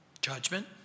Judgment